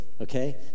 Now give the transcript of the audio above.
okay